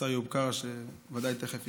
השר איוב קרא, שוודאי תכף ייכנס.